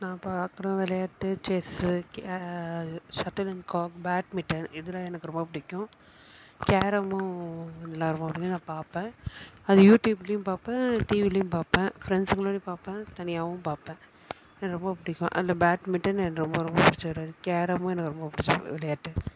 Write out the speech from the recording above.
நான் பார்க்குற விளையாட்டு செஸ்ஸு கே ஷெட்ல் அண்ட் காக் பேட்மிட்டன் இது தான் எனக்கு ரொம்ப பிடிக்கும் கேரமும் எல்லாேருக்கூடயும் நான் பார்ப்பேன் அது யூடியூப்லேயும் பார்ப்பேன் டிவிலேயும் பார்ப்பேன் ஃப்ரெண்ட்ஸுங்களோடையும் பார்ப்பேன் தனியாகவும் பார்ப்பேன் எனக்கு ரொம்ப பிடிக்கும் அந்த பேட்மிட்டன் எனக்கு ரொம்ப ரொம்ப பிடிச்ச விளையாட்டு கேரமும் எனக்கு ரொம்ப பிடிச்ச விளையாட்டு